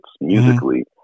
musically